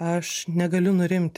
aš negaliu nurimti